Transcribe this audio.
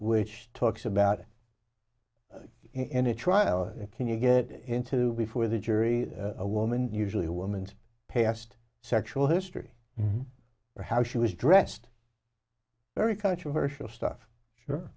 which talks about it in a trial can you get into before the jury a woman usually a woman's past sexual history or how she was dressed very controversial stuff